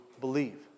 believe